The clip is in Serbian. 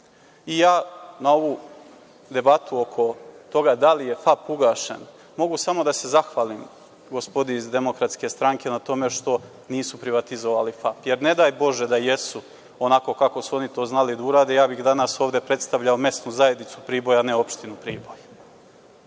Ja na ovu debatu oko toga da li je „Fap“ ugašen, mogu samo da se zahvalim gospodi iz DS na tome što nisu privatizovali „Fap“, jer ne daj Bože da jesu onako kao su oni to znali da urade, ja bih danas ovde predstavljao mesnu zajednicu Priboj, a ne opštinu Priboj. Ono